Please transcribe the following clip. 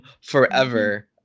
forever